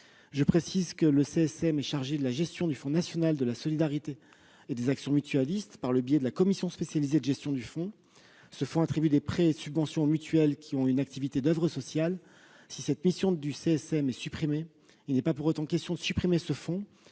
Je précise que le CSM est chargé d'assurer la gestion du Fonds national de solidarité et d'action mutualistes, par le biais d'une commission spécialisée. Ce fonds attribue des prêts et des subventions aux mutuelles qui ont une activité d'oeuvre sociale. Si cette mission du CSM est supprimée, il n'est pas pour autant question de supprimer ledit fonds.